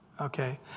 Okay